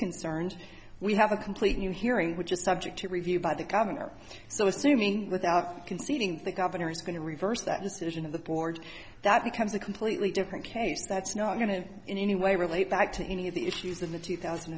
concerned we have a complete new hearing which is subject to review by the governor so assuming without conceding the governor is going to reverse that decision of the board that becomes a completely different case that's not going to in any way relate back to any of the issues in the two thousand